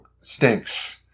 stinks